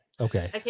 Okay